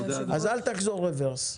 אז אל תחזור רברס.